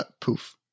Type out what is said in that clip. Poof